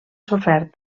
sofert